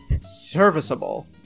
serviceable